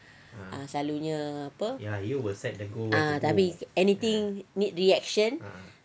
ah selalunya apa ah tapi anything need reaction